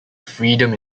freedom